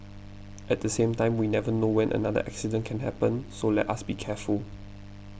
at the same time we never know whether another accident can happen so let us be careful